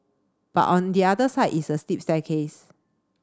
but on the other side is a steep staircase